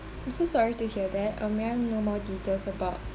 I'm so sorry to hear um may I know more details about